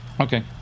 Okay